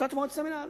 החלטת מועצת המינהל.